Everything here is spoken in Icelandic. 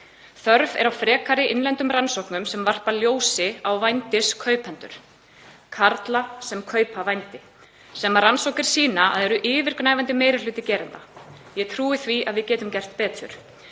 Þörf er á frekari innlendum rannsóknum sem varpa ljósi á vændiskaupendur, karla sem kaupa vændi, sem rannsóknir sýna að eru yfirgnæfandi meiri hluti gerenda. Ég trúi því að við getum gert betur.